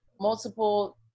multiple